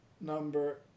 Number